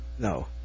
No